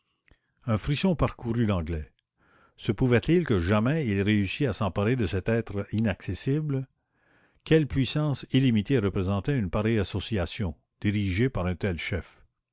un frisson parcourut l'anglais se pourrait-il que jamais il réussit à s'emparer de cet être inaccessible quelle puissance illimitée représentait une pareille association dirigée par un tel chef